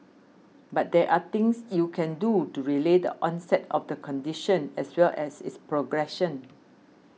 but there are things you can do to delay the onset of the condition as well as its progression